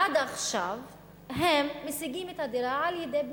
עד עכשיו הם משיגים את הדירה על-ידי בנייה,